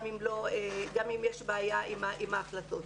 גם אם יש בעיה עם ההחלטות.